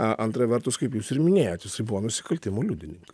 a antra vertus kaip jūs ir minėjot jisai buvo nusikaltimų liudininkai